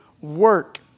work